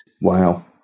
Wow